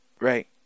Right